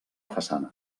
façana